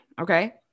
Okay